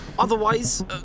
Otherwise